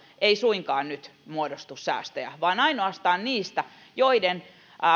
ei suinkaan nyt muodostu säästöjä vaan ainoastaan niistä joiden